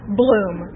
bloom